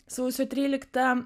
sausio tryliktą